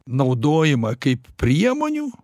naudojimą kaip priemonių